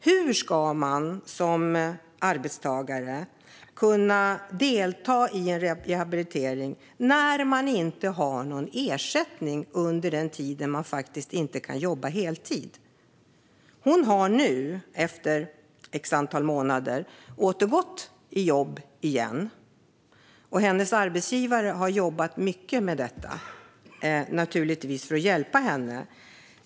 Hur ska man som arbetstagare kunna delta i en rehabilitering när man inte har någon ersättning under den tid man inte kan jobba heltid? Den här damen har nu efter ett antal månader återgått i jobb, och hennes arbetsgivare har jobbat mycket med detta för att hjälpa henne.